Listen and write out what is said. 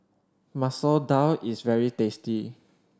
Masoor Dal is very tasty